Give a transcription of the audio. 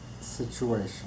situation